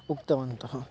उक्तवन्तः